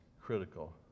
critical